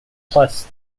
plus